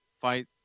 fight